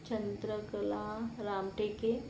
Chandrakala Ramteke